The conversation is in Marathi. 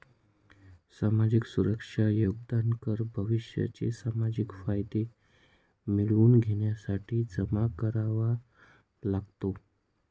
सामाजिक सुरक्षा योगदान कर भविष्याचे सामाजिक फायदे मिळवून घेण्यासाठी जमा करावा लागतो